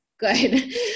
Good